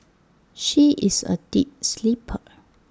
she is A deep sleeper